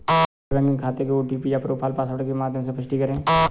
अपने net banking खाते के ओ.टी.पी या प्रोफाइल पासवर्ड के माध्यम से पुष्टि करें